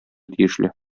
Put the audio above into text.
тиешле